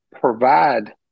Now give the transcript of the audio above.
provide